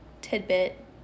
tidbit